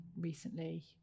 recently